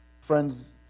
Friends